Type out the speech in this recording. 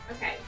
Okay